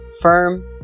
firm